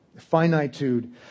Finitude